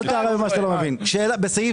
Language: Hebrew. בסעיף